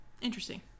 Interesting